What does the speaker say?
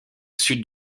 sud